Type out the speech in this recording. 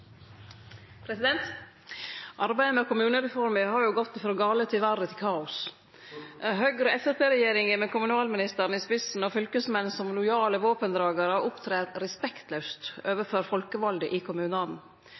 Navarsete. Arbeidet med kommunereforma har gått frå gale til verre til kaos. Høgre–Framstegsparti-regjeringa med kommunalministeren i spissen og fylkesmenn som lojale våpendragarar opptrer respektlaust overfor folkevalde i kommunane.